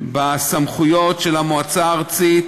ובסמכויות של המועצה הארצית,